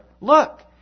Look